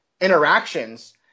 interactions